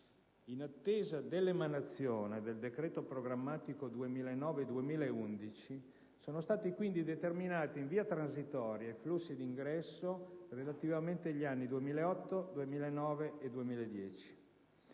In attesa dell'emanazione del documento programmatico 2009-2011, sono stati quindi determinati in via transitoria i flussi di ingresso, relativamente agli anni 2008, 2009 e 2010.